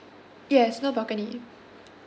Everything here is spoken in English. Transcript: yes no balcony